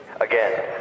Again